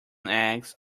eggs